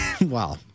Wow